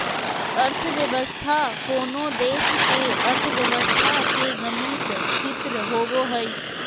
अर्थव्यवस्था कोनो देश के अर्थव्यवस्था के गणित चित्र होबो हइ